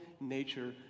nature